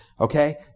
Okay